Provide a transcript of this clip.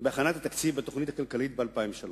בהכנת התקציב בתוכנית הכלכלית ב-2003,